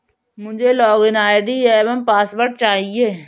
मुझें login ID एवं password चाहिए